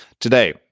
today